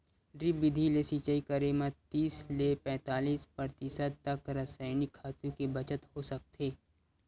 drip बिधि ले सिचई करे म तीस ले पैतालीस परतिसत तक रसइनिक खातू के बचत हो सकथे